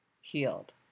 healed